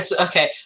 okay